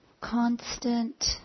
constant